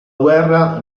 guerra